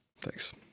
Thanks